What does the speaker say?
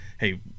hey